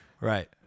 Right